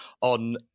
on